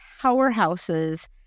powerhouses